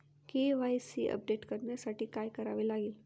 KYC update करण्यासाठी काय करावे लागेल?